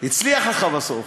הצליח לך בסוף,